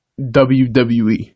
WWE